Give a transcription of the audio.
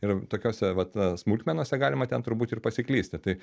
ir tokiose vat smulkmenose galima ten turbūt ir pasiklysti tai